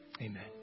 Amen